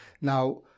Now